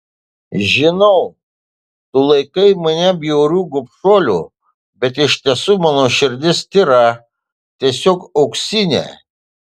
žinau tu laikai mane bjauriu gobšuoliu bet iš tiesų mano širdis tyra tiesiog auksinė